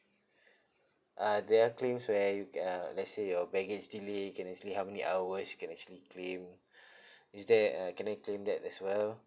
ah there are claims where you ca~ uh let's say your baggage delay can actually how many hours you can actually claim is there uh can I claim that as well